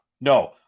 No